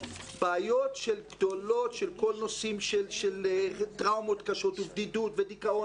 בעיות גדולות בנושאים של טראומות קשות ובדידות ודיכאון